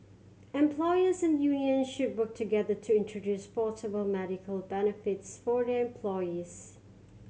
employers and unions should work together to introduce portable medical benefits for their employees